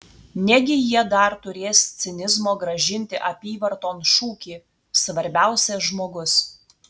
negi jie dar turės cinizmo grąžinti apyvarton šūkį svarbiausia žmogus